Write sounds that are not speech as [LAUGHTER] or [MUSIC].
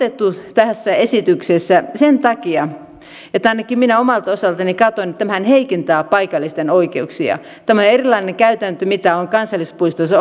ottaneet tässä esityksessä sen takia että ainakin minä omalta osaltani katsoin että tämähän heikentää paikallisten oikeuksia tämä on erilainen käytäntö mitä on kansallispuistoissa [UNINTELLIGIBLE]